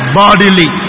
bodily